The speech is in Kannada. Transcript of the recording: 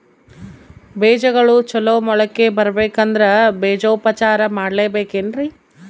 ಬೇಜಗಳು ಚಲೋ ಮೊಳಕೆ ಬರಬೇಕಂದ್ರೆ ಬೇಜೋಪಚಾರ ಮಾಡಲೆಬೇಕೆನ್ರಿ?